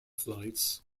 flights